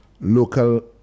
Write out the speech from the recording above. local